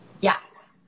Yes